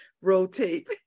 Rotate